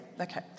okay